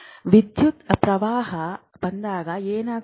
ವಿದ್ಯುತ್ ಪ್ರವಾಹ ಬಂದಾಗ ಏನಾಗುತ್ತದೆ